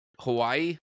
Hawaii